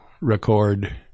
Record